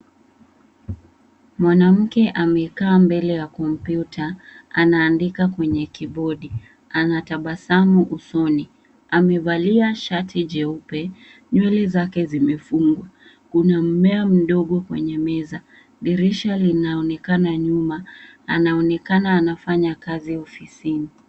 Mwanamke amekaa mbele ya kompyuta anaandika kwenye kibodi. Ana tabasamu usoni, amevalia shati jeupe, nywele zake zimefungwa, kuna mmea mdogo kwenye meza, dirisha linaonekana nyuma, anaonekana anafanya kazi ofisini.